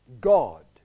God